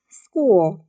school